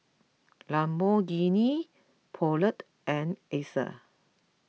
Lamborghini Poulet and Acer